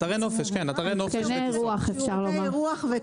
אפשר לומר "מתקני אירוח".